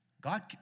God